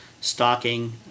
stocking